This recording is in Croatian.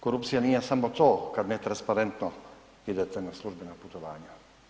Korupcija nije samo to kad netransparentno idete na službena putovanja.